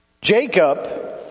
Jacob